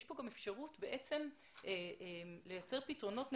יש כאן אפשרות לייצר פתרונות נקודתיים.